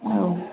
औ